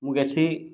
ମୁଁ ବେଶୀ